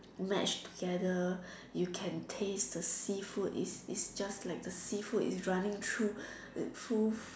match together you can taste the seafood is is just like the seafood is running through through